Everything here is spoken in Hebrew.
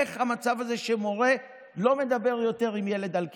איך המצב הזה שמורה לא מדבר יותר עם ילד על כסף,